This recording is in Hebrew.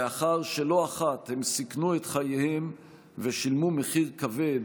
לאחר שלא אחת הם סיכנו את חייהם ושילמו מחיר כבד